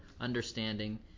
understanding